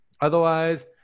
Otherwise